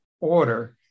order